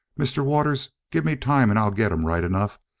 mr. waters, gimme time and i'll get him, right enough.